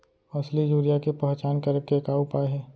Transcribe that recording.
असली यूरिया के पहचान करे के का उपाय हे?